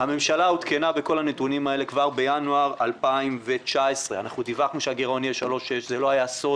הממשלה עודכנה בכל הנתונים האלה כבר בינואר 2019. אנחנו דיווחנו שהגירעון יהיה 3.6%. זה לא היה סוד.